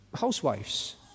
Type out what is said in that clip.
housewives